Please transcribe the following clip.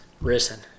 risen